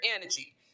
energy